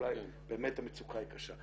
אולי באמת המצוקה היא קשה.